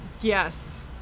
Yes